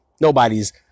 Nobody's